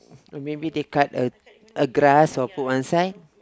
or maybe they cut a a grass or put one side